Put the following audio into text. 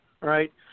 right